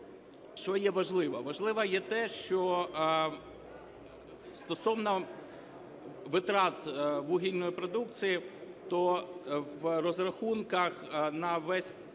що є важливо? Важливо є те, що стосовно витрат вугільної продукції, то в розрахунках на весь